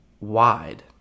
wide